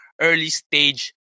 early-stage